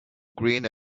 green